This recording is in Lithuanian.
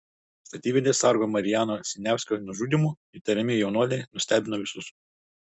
statybvietės sargo marijano siniavskio nužudymu įtariami jaunuoliai nustebino visus